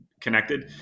connected